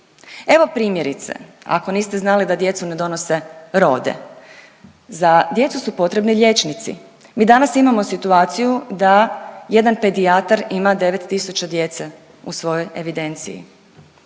Evo primjerice, ako niste znali da djecu ne donose rode, za djecu su potrebni liječnici. Mi danas imamo situaciju da jedan pedijatar ima devet tisuća djece u svojoj evidenciji,